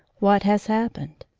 what has happened?